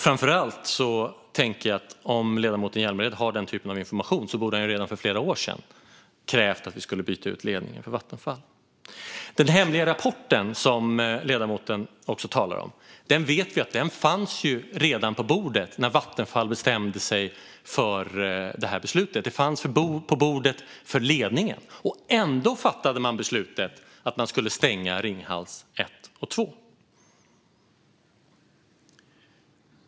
Framför allt tänker jag att om ledamoten Hjälmered har den typen av information borde han redan för flera år sedan krävt att vi skulle byta ut ledningen för Vattenfall. Den hemliga rapport som ledamoten talar om vet vi fanns redan på bordet när Vattenfall bestämde sig för beslutet. Den fanns på bordet för ledningen, och ändå fattade de beslutet att de skulle stänga Ringhals 1 och 2.